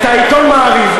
את העיתון "מעריב".